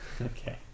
Okay